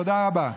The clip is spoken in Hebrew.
תודה רבה.